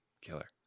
killer